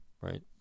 right